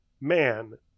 man